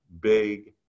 big